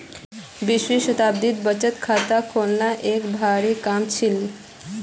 बीसवीं शताब्दीत बचत खाता खोलना एक भारी काम छील